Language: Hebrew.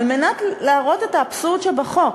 על מנת להראות את האבסורד שבחוק.